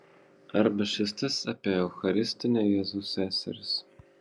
arba šis tas apie eucharistinio jėzaus seseris